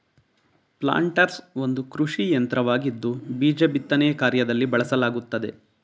planters ಒಂದು ಕೃಷಿಯಂತ್ರವಾಗಿದ್ದು ಬೀಜ ಬಿತ್ತನೆ ಕಾರ್ಯದಲ್ಲಿ ಬಳಸಲಾಗುತ್ತದೆ